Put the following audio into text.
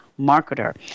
Marketer